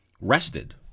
rested